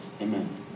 amen